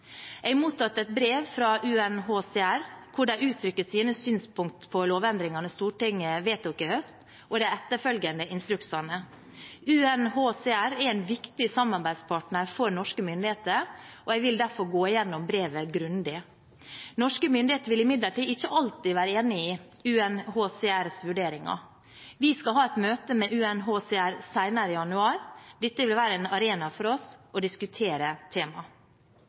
Jeg har mottatt et brev fra UNHCR, hvor de uttrykker sine synspunkter på lovendringene Stortinget vedtok i fjor høst, og de etterfølgende instruksene. UNHCR er en viktig samarbeidspartner for norske myndigheter, og jeg vil derfor gå igjennom brevet grundig. Norske myndigheter vil imidlertid ikke alltid være enig i UNHCRs vurderinger. Vi skal ha et møte med UNHCR senere i januar. Dette vil være en arena for oss til å diskutere temaet.